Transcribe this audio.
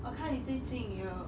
我看你最近有